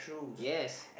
yes